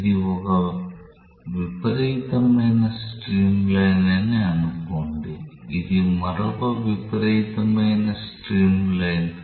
ఇది ఒక విపరీతమైన స్ట్రీమ్లైన్ అని అనుకోండి ఇది మరొక విపరీతమైన స్ట్రీమ్లైన్